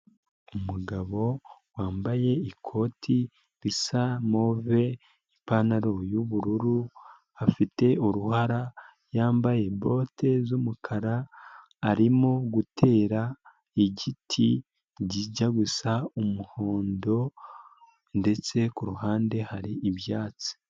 Umugabo wambaye ikoti risa move, ipantaro y'ubururu, afite uruhara, yambaye bote z'umukara. Arimo gutera igiti kijya gusa umuhondo ndetse kuruhande hari ibyatsi.